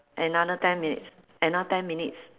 another ten minutes another ten minutes